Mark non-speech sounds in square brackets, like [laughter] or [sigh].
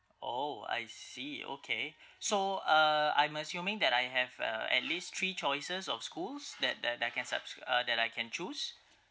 oh I see okay [breath] so uh I'm assuming that I have uh at least three choices of schools that that I can subs~ uh that I can choose